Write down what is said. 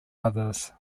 others